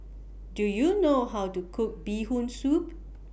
Do YOU know How to Cook Bee Hoon Soup